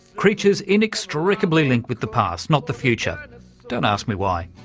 creatures inextricably linked with the past, not the future don't ask me why.